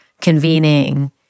convening